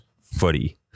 footy